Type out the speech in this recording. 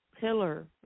Pillar